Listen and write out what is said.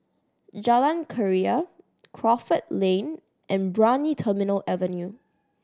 Jalan Keria Crawford Lane and Brani Terminal Avenue